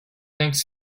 thanks